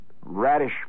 radish